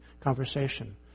conversation